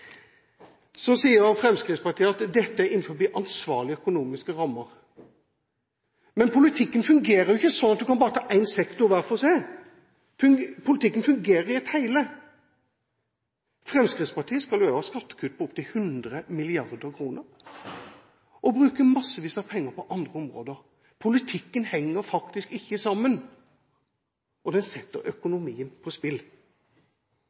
Så sier Fremskrittspartiet at dette er innenfor ansvarlige økonomiske rammer. Men politikken fungerer ikke slik at man kan ta en sektor hver for seg. Politikken fungerer i et hele. Fremskrittspartiet skal også ha skattekutt på opptil 100 mrd. kr og bruke massevis av penger på andre områder. Politikken henger faktisk ikke sammen, og det setter økonomien på spill.